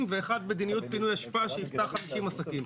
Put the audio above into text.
ואחת מדיניות פינוי אשפה שיפתח 50 עסקים.